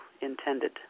intended